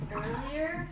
earlier